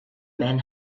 men